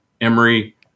Emory